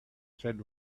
said